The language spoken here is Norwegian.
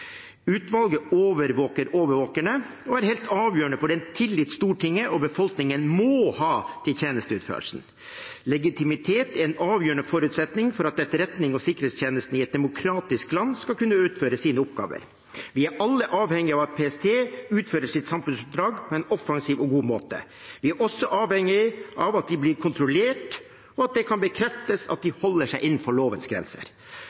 Utvalget overvåker overvåkerne og er helt avgjørende for den tillit Stortinget og befolkningen må ha til tjenesteutførelsen. Legitimitet er en avgjørende forutsetning for at etterretningen og sikkerhetstjenesten i et demokratisk land skal kunne utføre sine oppgaver. Vi er alle avhengige av at PST utfører sitt samfunnsoppdrag på en offensiv og god måte. Vi er også avhengige av at de blir kontrollert, og at det kan bekreftes at de holder seg innenfor lovens grenser.